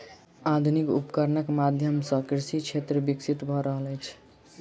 आधुनिक उपकरणक माध्यम सॅ कृषि क्षेत्र विकसित भ रहल अछि